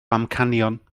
amcanion